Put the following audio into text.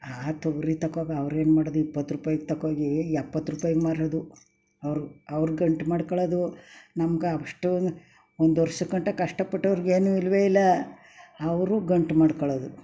ಆ ತೊಗರಿ ತಗೊ ಬಾ ಅವ್ರು ಏನು ಮಾಡೋದು ಇಪ್ಪತ್ರೂಪಾಯ್ಗೆ ತಗೊ ಹೋಗಿ ಎಪ್ಪತ್ರೂಪಾಯ್ಗೆ ಮಾರೋದು ಅವರು ಅವ್ರ ಗಂಟು ಮಾಡ್ಕೊಳ್ಳೋದು ನಮ್ಗೆ ಅಷ್ಟುನು ಒಂದ್ವರ್ಷ ಗಂಟ ಕಷ್ಟ ಪಟ್ಟೋರ್ಗೆ ಏನು ಇಲ್ಲವೇ ಇಲ್ಲ ಅವರು ಗಂಟು ಮಾಡ್ಕೊಳ್ಳೋದು